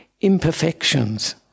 imperfections